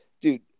Dude